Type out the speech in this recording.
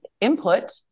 input